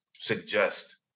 suggest